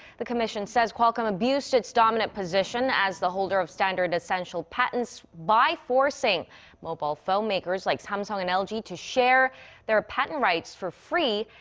the commission says qualcomm abused its dominant position. as the holder of standard-essential patents. by forcing mobile phone makers like samsung and lg to share their patent rights for free.